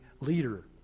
leader